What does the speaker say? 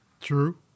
True